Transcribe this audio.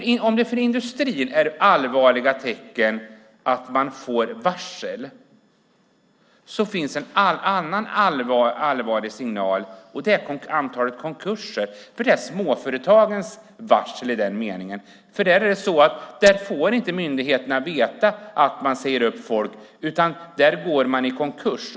För industrin är varsel ett allvarligt tecken. En annan allvarlig signal är antalet konkurser. Det är så att säga småföretagens varsel. Där får myndigheterna inte veta att man säger upp folk, utan där går man i konkurs.